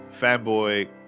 fanboy